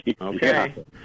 Okay